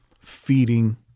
Feeding